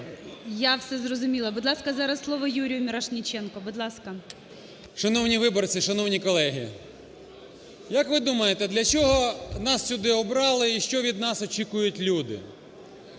Я все зрозуміла. Будь ласка, зараз слово Юрію Мірошниченку. Будь ласка. 17:11:45 МІРОШНИЧЕНКО Ю.Р. Шановні виборці, шановні колеги, як ви думаєте, для чого нас сюди обрати і що від нас очікують люди?